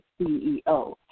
CEO